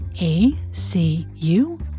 A-C-U-